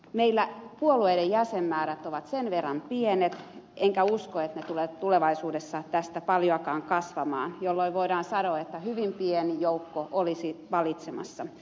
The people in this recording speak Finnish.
meillä puolueiden jäsenmäärät ovat verrattain pienet enkä usko että ne tulevat tulevaisuudessa tästä paljoakaan kasvamaan jolloin voidaan sanoa että hyvin pieni joukko olisi valitsemassa